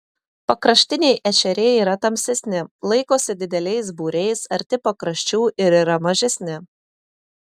pakraštiniai ešeriai yra tamsesni laikosi dideliais būriais arti pakraščių ir yra mažesni